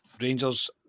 Rangers